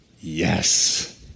Yes